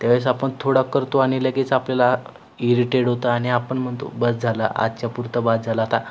त्या वेळेस आपण थोडा करतो आणि लगेच आपल्याला इरेटेड होतं आणि आपण म्हणतो बस झालं आजच्या पुरतं बस झालं आता